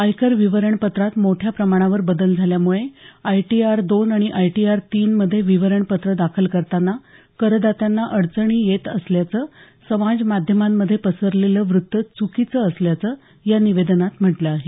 आयकर विवरणपत्रात मोठ्या प्रमाणावर बदल झाल्यामुळे आयटीआर दोन आणि आयटीआर तीन मध्ये विवरणपत्र दाखल करताना करदात्यांना अडचणी येत असल्याचं समाजमाध्यमांमध्ये पसरलेलं वृत्त च्कीचं असल्याचं या निवेदनात म्हटलं आहे